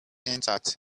intact